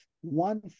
one